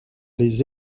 les